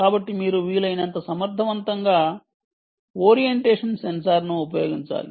కాబట్టి మీరు వీలైనంత సమర్థవంతంగా ఓరియంటేషన్ సెన్సార్ను ఉపయోగించాలి